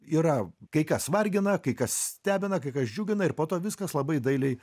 yra kai kas vargina kai kas stebina kai kas džiugina ir po to viskas labai dailiai